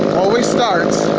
always starts.